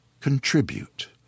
contribute